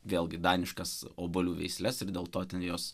vėlgi daniškas obuolių veisles ir dėl to ten jos